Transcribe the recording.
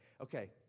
okay